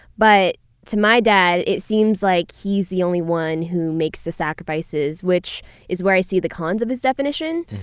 but to my dad, it seems like he's the only one who makes the sacrifices, which is where i see the cons of his definition.